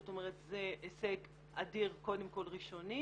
זאת אומרת זה הישג אדיר קודם כל ראשוני,